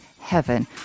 heaven